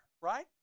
Right